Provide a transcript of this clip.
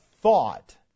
thought